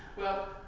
well,